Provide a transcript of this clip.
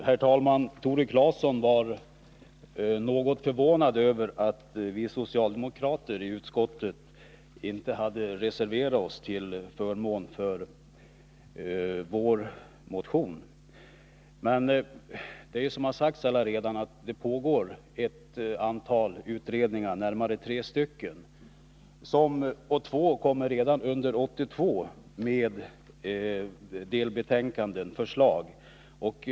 Herr talman! Tore Claeson var något förvånad över att vi socialdemokrater i utskottet inte hade reserverat oss till förmån för vår motion. Som redan sagts arbetar f. n. ett antal utredningar på det här området, närmare bestämt tre, varav två redan under 1982 kommer att avge delbetänkande med förslag.